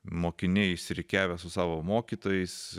mokiniai išsirikiavę su savo mokytojais